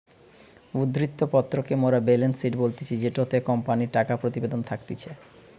উদ্ধৃত্ত পত্র কে মোরা বেলেন্স শিট বলি জেটোতে কোম্পানির টাকা প্রতিবেদন থাকতিছে